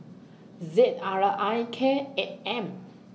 Z R I K eight M